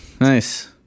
Nice